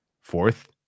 fourth